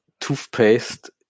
toothpaste